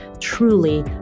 truly